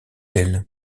elle